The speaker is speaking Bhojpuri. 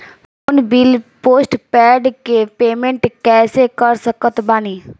फोन बिल पोस्टपेड के पेमेंट कैसे कर सकत बानी?